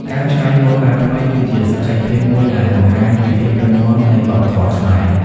ការច្នៃម៉ូដបែបថ្មី គឺជាសក្ខីភាពមួយដែលបង្ហាញពីភាពរឹងមាំនៃវប្បធម៌ខ្មែរ។